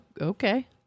okay